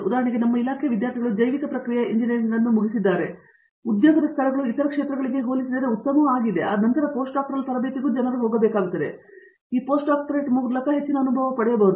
ಉದಾಹರಣೆಗೆ ನಮ್ಮ ಇಲಾಖೆಯ ವಿದ್ಯಾರ್ಥಿಗಳು ಜೈವಿಕ ಪ್ರಕ್ರಿಯೆಯ ಎಂಜಿನಿಯರಿಂಗ್ನಲ್ಲಿ ಮುಗಿಸಿದಿದ್ದಾರೆ ಆದ್ದರಿಂದ ಉದ್ಯೋಗ ಸ್ಥಳಗಳು ಇತರ ಕ್ಷೇತ್ರಗಳಿಗೆ ಹೋಲಿಸಿದರೆ ಉತ್ತಮವಾಗಿದೆ ನಂತರ ಪೋಸ್ಟ್ ಡಾಕ್ಟರಲ್ ತರಬೇತಿಗೆ ಜನರು ಹೋಗಬೇಕಾಗುತ್ತದೆ ಈ ಮೂಲಕ ಹೆಚ್ಚಿನ ಅನುಭವವನ್ನು ಪಡೆಯಬಹುದು